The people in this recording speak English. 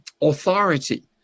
authority